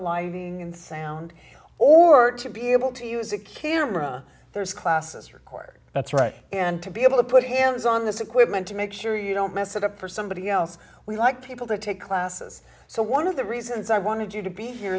lighting and sound or to be able to use a camera there's classes required that's right and to be able to put him on this equipment to make sure you don't mess it up for somebody else we like people to take classes so one of the reasons i wanted you to be here